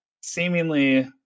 seemingly